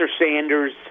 sanders